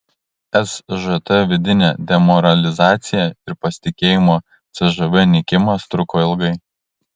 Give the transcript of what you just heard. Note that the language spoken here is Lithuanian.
sžt vidinė demoralizacija ir pasitikėjimo cžv nykimas truko ilgai